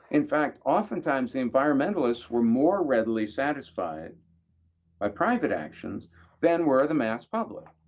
in fact, often times, the environmentalists were more readily satisfied by private actions than were the mass public,